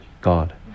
God